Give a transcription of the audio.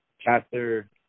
chapter